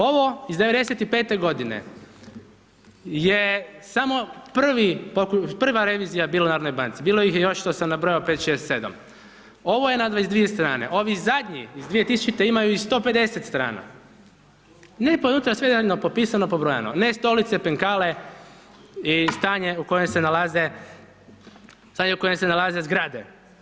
Ovo iz '95. godine je samo prvi, prva revizija bila u narodnoj banci, bilo ih je još što sam nabrojao 5, 6, 7. Ovo je na 22 strane ovi zadnji iz 2000. imaju i 150 strana, lijepo je unutra sve detaljno popisano, pobrojano, ne stolice, penkale i stanje u kojem se nalaze, stanje u kojem se nalaze zgrade.